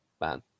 man